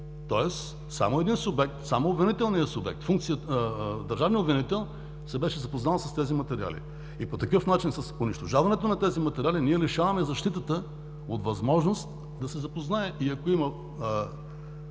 Тоест, само един субект, само обвинителният субект – държавният обвинител се беше запознал с тези материали. По такъв начин, с унищожаването на тези материали, ние лишаваме защита от възможност да се запознае и ако има